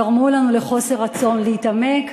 גרם לנו לחוסר רצון להתעמק.